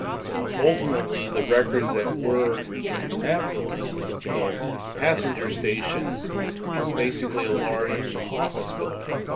so, ultimately, the records that were in that building, and the the passenger station was basically a large office building,